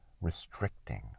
restricting